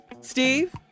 Steve